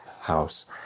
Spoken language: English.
house